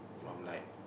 from like